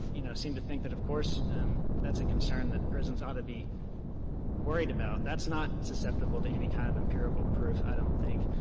you know seemed to think that of course that's a concern that prisons ought to be worried about. that's not susceptible to any kind of empirical proof, i don't think.